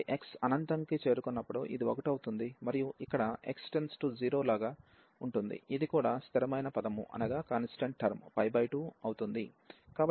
కాబట్టి x అనంతంకి చేరుకున్నప్పుడు ఇది 1 అవుతుంది మరియు ఇక్కడ x0గా ఉంటుంది ఇది కూడా స్థిరమైన పదము 2 అవుతుంది